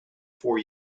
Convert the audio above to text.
for